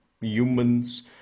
humans